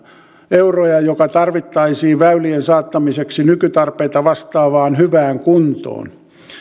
euroja joka tarvittaisiin väylien saattamiseksi nykytarpeita vastaavaan hyvään kuntoon